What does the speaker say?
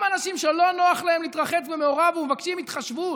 אנשים שלא נוח להם להתרחץ במעורב ומבקשים התחשבות,